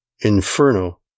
Inferno